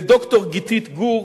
לד"ר גיתית גור,